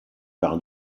par